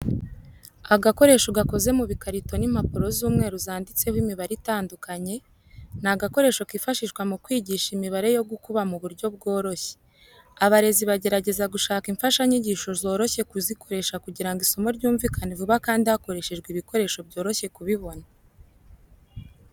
Agakoresho gakoze mu bikarito n'impapuro z'umweru zanditseho imibare itandukanye, ni agakoresho kifashishwa mu kwigisha imibare yo gukuba mu buryo bworoshye. Abarezi bagerageza gushaka imfashanyigisho zoroshye kuzikoresha kugira ngo isomo ryumvikane vuba kandi hakoreshejwe ibikoresho byoroshye kubibona.